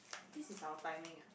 this is our timing ah